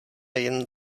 jen